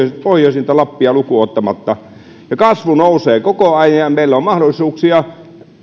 pohjoisinta lappia lukuun ottamatta ja kasvu nousee koko ajan ja meillä on mahdollisuuksia